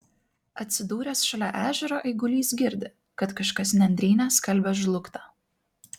atsidūręs šalia ežero eigulys girdi kad kažkas nendryne skalbia žlugtą